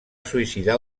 suïcidar